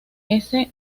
ese